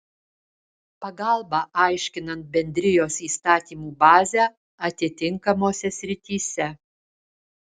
pagalbą aiškinant bendrijos įstatymų bazę atitinkamose srityse